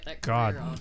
God